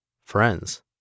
Friends